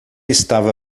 estava